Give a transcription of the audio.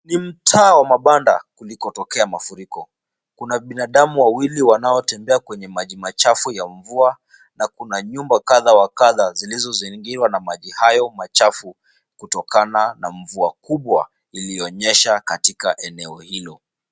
Ni mtaa wa mabanda kulikotokea mafuriko. Kuna binadamu wawili wanaotembea kwenye maji machafu ya mvua na kuna nyumba kadhaa wa kadhaa zilizozingirwa na maji hayo machafu, kutokana na mvua kubwa iliyonyesha katika eneo hilo.